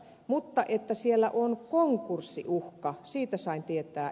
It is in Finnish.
mutta että siellä on konkurssiuhka siitä sain tietää